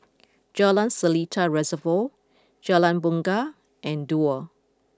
Jalan Seletar Reservoir Jalan Bungar and Duo